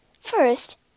First